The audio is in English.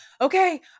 okay